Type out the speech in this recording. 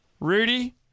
Rudy